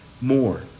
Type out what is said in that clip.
more